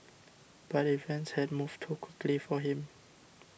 but events had moved too quickly for him